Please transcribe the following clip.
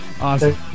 awesome